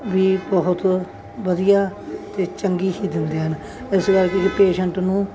ਵੀ ਬਹੁਤ ਵਧੀਆ ਅਤੇ ਚੰਗੀ ਹੀ ਦਿੰਦੇ ਹਨ ਇਸ ਕਰਕੇ ਜੇ ਪੇਸ਼ੈਂਟ ਨੂੰ